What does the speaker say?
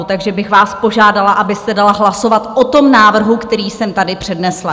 Takže bych vás požádala, abyste dala hlasovat o tom návrhu, který jsem tady přednesla.